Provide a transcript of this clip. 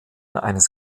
eines